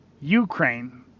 Ukraine